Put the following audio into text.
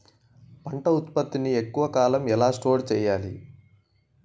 పంట ఉత్పత్తి ని ఎక్కువ కాలం ఎలా స్టోర్ చేయాలి?